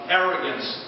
arrogance